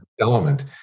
element